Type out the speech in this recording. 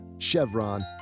Chevron